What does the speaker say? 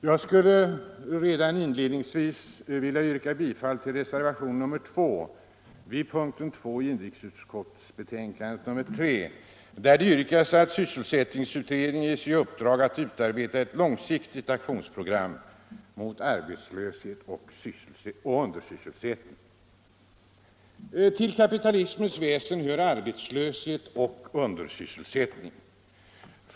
Jag vill då redan inledningsvis yrka bifall till reservationen 2 vid punkten 2 i inrikesutskottets betänkande nr 3, där det hemställes att sysselsättningsutredningen ges i uppdrag att utarbeta ett långsiktigt aktionsprogram mot arbetslöshet och undersysselsättning. Till kapitalismens väsen hör arbetslöshet och undersysselsättning.